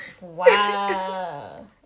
Wow